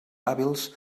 hàbils